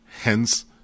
hence